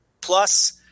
Plus